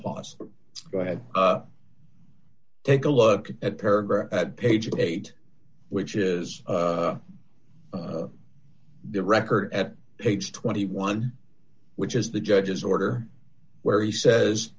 pause go ahead take a look at paragraph at page eight which is the record at age twenty one which is the judge's order where he says